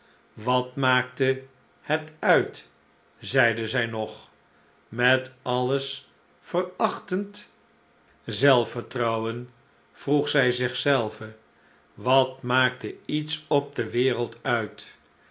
wat maakte het uit zeide zij nog met alles verachtend zelf vertrouwen vroeg zij zichzelve wat maakte iets op de wereld uit